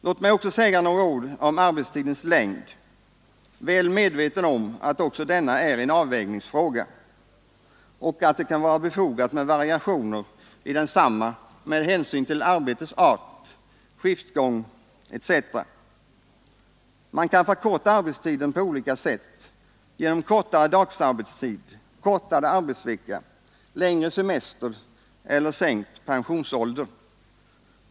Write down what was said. Låt mig också säga några ord om arbetstidens längd, väl medveten om att också detta är en avvägningsfråga, att det kan vara befogat med variationer med hänsyn till arbetets art, skiftgång etc. Man kan förkorta arbetstiden på olika sätt — genom kortare dagsarbetstid, kortare arbetsvecka, längre semester eller sänkt pensionsålder.